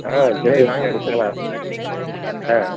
ஆ சரி வாங்க எடுத்துக்கலாம் ஆ